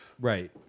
Right